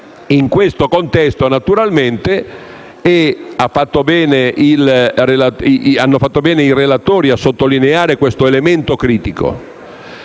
In questo contesto, naturalmente, hanno fatto bene i relatori a sottolineare questo elemento critico.